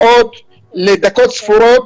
משעות לדקות ספורות.